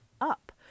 up